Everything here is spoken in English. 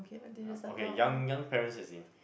uh okay young young parents as in